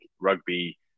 rugby